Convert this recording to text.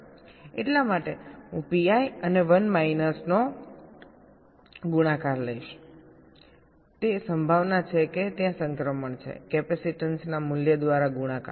એટલા માટે હું Pi અને 1 માઇનસનો ગુણાકાર લઈશતે સંભાવના છે કે ત્યાં સંક્રમણ છે કેપેસિટેન્સના મૂલ્ય દ્વારા ગુણાકાર